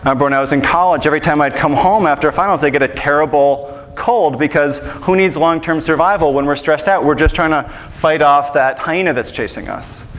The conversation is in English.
um and i was in college, every time i'd come home after finals i'd get a terrible cold, because who needs long-term survival when we're stressed out, we're just trying to fight off that hyena that's chasing us.